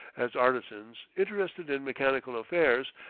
as artisans, interested in mechanical affairs,